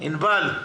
וכן הלאה.